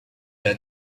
alla